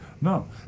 No